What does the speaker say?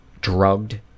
drugged